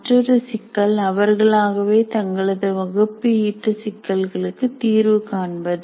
மற்றொரு சிக்கல் அவர்களாகவே தங்களது வகுப்பு ஈட்டு சிக்கல்களுக்கு தீர்வு காண்பது